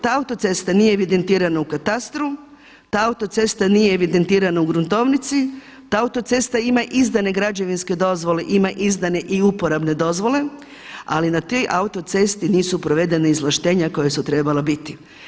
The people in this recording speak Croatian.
Ta autocesta nije evidentirana u katastru, ta autocesta nije evidentirana u gruntovnici, ta autocesta ima izdane građevinske dozvole, ima izdane i uporabne dozvole, ali na te autoceste nisu provedena izvlaštenja koja su trebala biti.